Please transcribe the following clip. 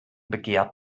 begehrt